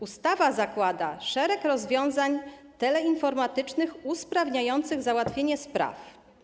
Ustawa zakłada szereg rozwiązań teleinformatycznych usprawniających załatwienie spraw.